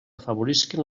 afavorisquen